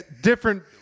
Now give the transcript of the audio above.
different